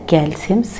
Calcium